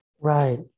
Right